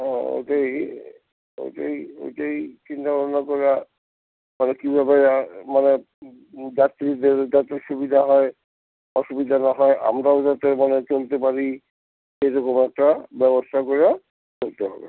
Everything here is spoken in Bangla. হ্যাঁ ওইটাই ওইটাই ওইটাই চিন্তা ভাবনা করা মানে কীভাবে মানে যাত্রীদের যাতে সুবিধা হয় অসুবিধা না হয় আমরাও যাতে মানে চলতে পারি সেরকম একটা ব্যবস্থা কইরা চলতে হবে